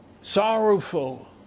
sorrowful